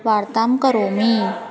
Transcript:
वार्तां करोमि